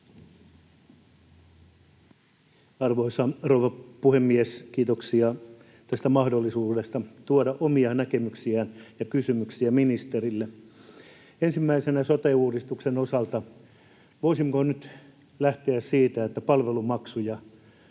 Arvoisa rouva puhemies! Kiitoksia tästä mahdollisuudesta tuoda omia näkemyksiä ja kysymyksiä ministerille. Ensimmäisenä sote-uudistuksen osalta: Voisimmeko nyt lähteä siitä, että palvelumaksuja